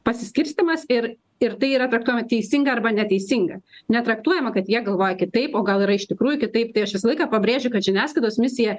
pasiskirstymas ir ir tai yra traktuojama teisinga arba neteisinga netraktuojama kad jie galvoja kitaip o gal yra iš tikrųjų kitaip tai aš visą laiką pabrėžiu kad žiniasklaidos misija